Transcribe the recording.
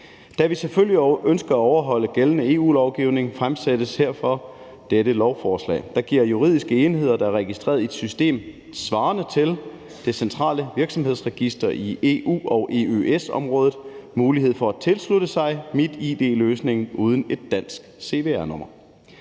Da vi selvfølgelig ønsker at overholde gældende EU-lovgivning, fremsættes derfor dette lovforslag, der giver juridiske enheder i EU- og EØS-området, der er registreret i et system svarende til Det Centrale Virksomhedsregister, mulighed for at tilslutte sig MitID-løsningen uden et dansk cvr-nummer.